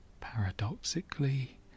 paradoxically